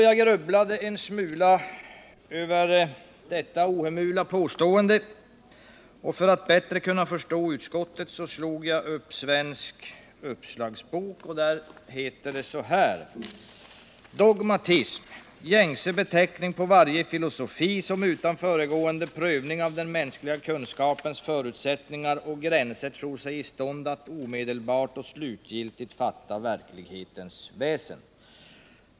Jag grubblade en smula över detta ohemula påstående, och för att bättre kunna förstå utskottet slog jag upp Svensk Uppslagsbok, där det heter: ”Dogmatism, gängse beteckning på varje filosofi, som utan föregående prövning av den mänskliga kunskapens förutsättningar och gränser tror sig i stånd att omedelbart och slutgiltigt fatta verklighetens väsen.